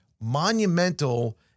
monumental